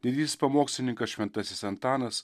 didysis pamokslininkas šventasis antanas